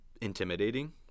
intimidating